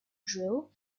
drill